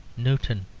newton,